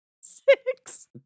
Six